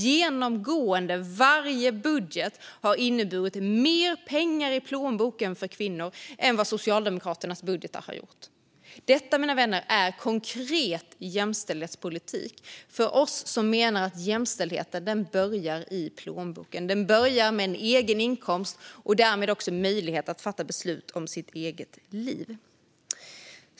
Genomgående har varje budget inneburit mer pengar i plånboken för kvinnor än vad Socialdemokraternas budgetar har gjort. Detta, mina vänner, är konkret jämställdhetspolitik för oss som menar att jämställdheten börjar i plånboken. Den börjar med en egen inkomst och därmed också möjlighet att fatta beslut om sitt eget liv.